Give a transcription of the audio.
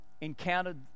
encountered